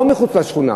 לא מחוץ לשכונה.